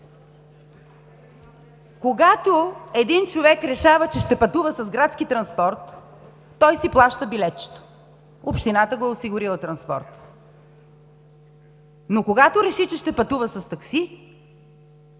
Когато един човек решава, че ще пътува с градски транспорт, той си плаща билетчето. Общината е осигурила транспорт, но когато реши, че пътува с такси,